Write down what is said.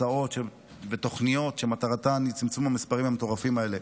הצעות ותוכניות שמטרתם צמצום המספרים המטורפים האלה.